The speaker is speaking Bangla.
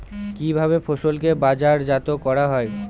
কিভাবে ফসলকে বাজারজাত করা হয়?